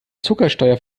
zuckersteuer